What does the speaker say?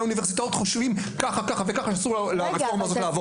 האוניברסיטאות חושבים ככה ככה וככה שאסור לרפורמה הזאת לעבור,